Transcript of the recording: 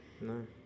No